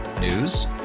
News